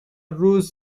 روز